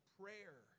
prayer